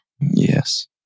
Yes